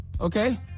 Okay